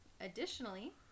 Additionally